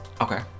Okay